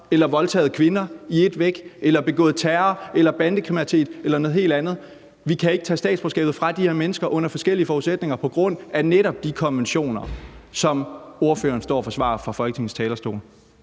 eller voldtaget kvinder i ét væk eller begået terror eller bandekriminalitet eller noget helt andet. Vi kan ikke tage statsborgerskabet fra de her mennesker under forskellige forudsætninger på grund af netop de konventioner, som ordføreren står og forsvarer fra Folketingets talerstol.